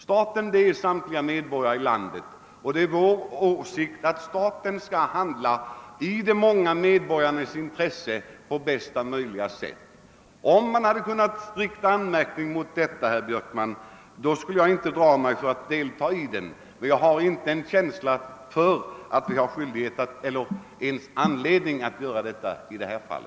Staten, det är samtliga medborgare i landet, och det är vår åsikt att staten bör handla i de många medborgarnas intresse. Om regeringen inte hade gjort det, skulle jag inte dra mig för att. delta i en anmärkning mot detta, men jag har inte någon känsla av att vi har anledning att göra det i detta fall.